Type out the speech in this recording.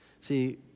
See